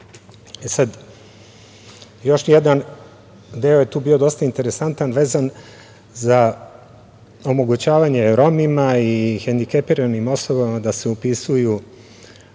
još jedan deo je tu dosta interesantan vezan za omogućavanje Romima i hendikepiranim osobama da se upisuju